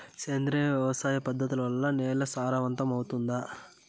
సేంద్రియ వ్యవసాయ పద్ధతుల వల్ల, నేల సారవంతమౌతుందా?